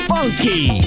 Funky